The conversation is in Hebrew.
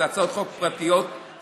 אלה הצעות חוק פרטיות שלהם,